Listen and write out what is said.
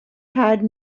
had